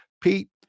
Pete